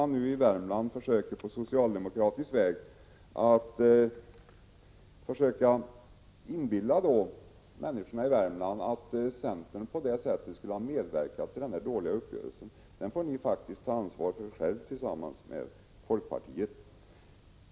Nu försöker socialdemokraterna inbilla människorna i Värmland att centern skulle ha medverkat till den dåliga uppgörelsen, men den får ni faktiskt ta ansvaret för själva tillsammans med folkpartiet.